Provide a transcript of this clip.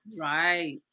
Right